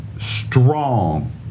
strong